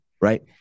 right